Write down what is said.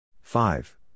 five